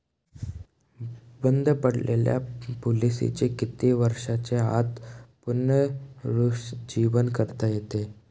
बंद पडलेल्या पॉलिसीचे किती वर्षांच्या आत पुनरुज्जीवन करता येते?